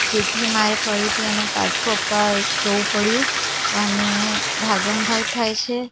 જેથી મારે ફરીથી એને પાછું આપવા જવું પડ્યું અને ભાગમભાગ થાય છે